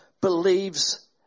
believes